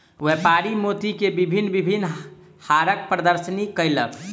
व्यापारी मोती के भिन्न भिन्न हारक प्रदर्शनी कयलक